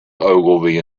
ogilvy